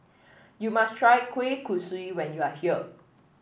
you must try Kueh Kosui when you are here